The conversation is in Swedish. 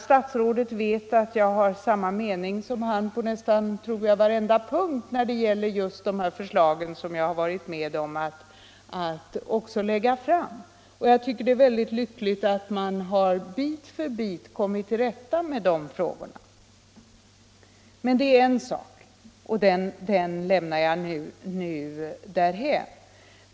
Statsrådet vet att jag har samma mening som han på nästan varenda punkt, tror jag, när det gäller de här förslagen, som jag också har varit med om att lägga fram, och jag tycker det är lyckligt att bit för bit ha kommit till rätta med problemen. Men det är en sak, och den lämnar jag nu därhän.